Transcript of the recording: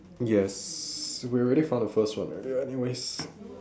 yes we already found the first one anyways